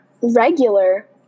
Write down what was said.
Regular